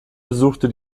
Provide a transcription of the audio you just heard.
besuchte